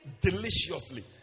deliciously